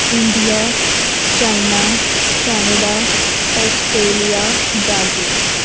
India China Canada Australia Brazil